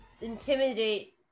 intimidate